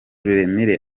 ruremire